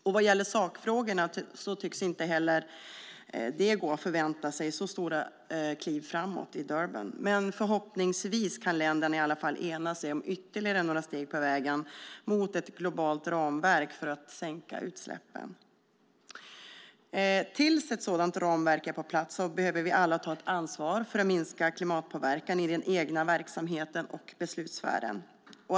När det gäller sakfrågorna tycks det inte heller gå att förvänta sig så stora kliv framåt i Durban, men förhoppningsvis kan länderna i alla fall ena sig om ytterligare några steg på vägen mot ett globalt ramverk för att sänka utsläppen. Tills ett sådant ramverk är på plats behöver vi alla ta ett ansvar för att minska klimatpåverkan i den egna verksamheten och beslutsfären.